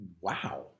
Wow